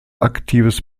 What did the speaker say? aktives